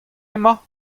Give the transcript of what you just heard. emañ